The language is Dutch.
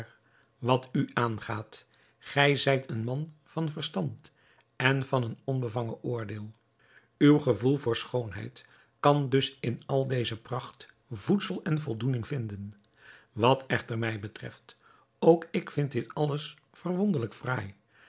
wat u aangaat gij zijt een man van verstand en van een onbevangen oordeel uw gevoel voor schoonheid kan dus in al deze pracht voedsel en voldoening vinden wat echter mij betreft ook ik vind dit alles verwonderlijk